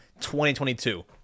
2022